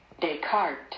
Descartes